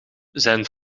zijn